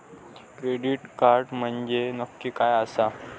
Credit card म्हंजे नक्की काय आसा?